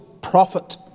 prophet